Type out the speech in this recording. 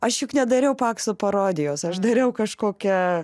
aš juk nedariau pakso parodijos aš dariau kažkokią